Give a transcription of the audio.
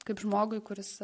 kaip žmogui kuris